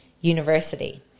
university